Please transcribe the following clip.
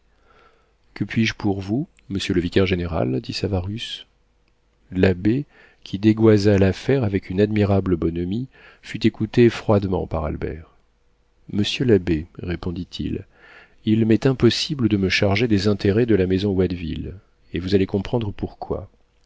que puis-je pour vous monsieur le vicaire-général dit savarus l'abbé qui dégoisa l'affaire avec une admirable bonhomie fut écouté froidement par albert monsieur l'abbé répondit-il il m'est impossible de me charger des intérêts de la maison watteville et vous allez comprendre pourquoi